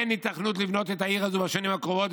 אין היתכנות לבנות את העיר הזו בשנים הקרובות,